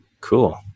Cool